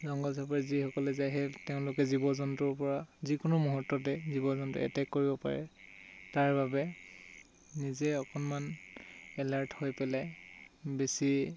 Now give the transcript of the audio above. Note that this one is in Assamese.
জংগল চাবললৈ যিসকলে যায় সেই তেওঁলোকে জীৱ জন্তুৰ পৰা যিকোনো মুহূৰ্ততে জীৱ জন্তু এটেক কৰিব পাৰে তাৰ বাবে নিজে অকণমান এলাৰ্ট হৈ পেলাই বেছি